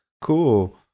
Cool